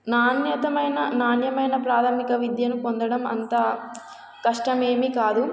నాణ్యతమైన నాణ్యమైన ప్రాథమిక విద్యను పొందడం అంత కష్టమేమ కాదు